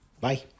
Bye